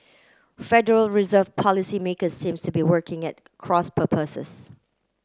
Federal Reserve policymakers seems to be working at cross purposes